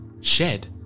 shed